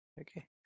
Okay